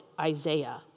Isaiah